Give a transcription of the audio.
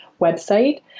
website